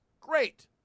Great